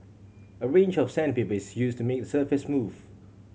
a range of sandpaper is used to make the surface smooth